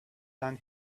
than